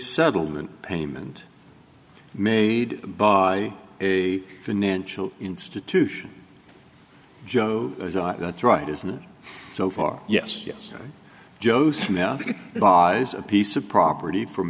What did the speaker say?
settlement payment made by a financial institution joe that's right isn't it so far yes yes joe smith it was a piece of property from